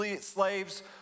slaves